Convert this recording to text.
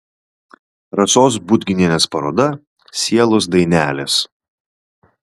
rasos budginienės paroda sielos dainelės